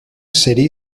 city